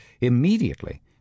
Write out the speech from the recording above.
immediately